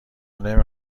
نمی